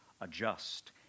adjust